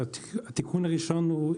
התיקון הראשון הוא: